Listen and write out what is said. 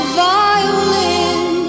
violin